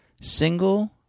single